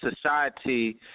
society